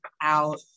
out